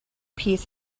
peace